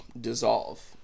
dissolve